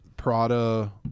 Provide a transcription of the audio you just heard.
Prada